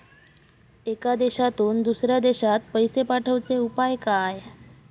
एका देशातून दुसऱ्या देशात पैसे पाठवचे उपाय काय?